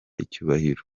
icyubahiro